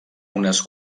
unes